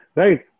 right